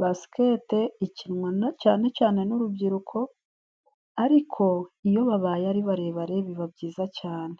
Basikete ikinwa cane cane n'urubyiruko, ariko iyo babaye ari barebare biba byiza cane.